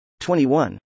21